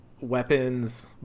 weapons